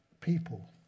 people